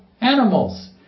animals